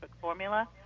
formula